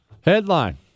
Headline